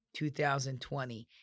2020